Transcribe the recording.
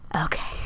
Okay